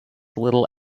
little